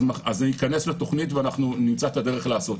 זה ייכנס לתכנית ואנחנו נמצא את הדרך לעשות זאת,